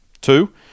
two